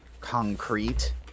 concrete